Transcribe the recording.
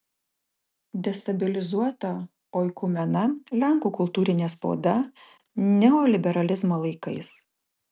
destabilizuota oikumena lenkų kultūrinė spauda neoliberalizmo laikais